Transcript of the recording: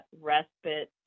respite